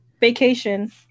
vacation